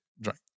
drink